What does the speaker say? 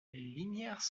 lignières